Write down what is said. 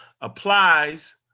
applies